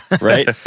Right